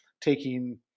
taking